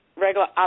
regular